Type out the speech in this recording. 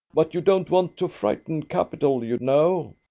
but you don't want to frighten capital, you know.